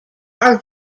are